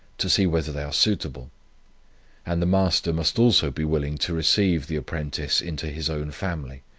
to see whether they are suitable and the master must also be willing to receive the apprentice into his own family.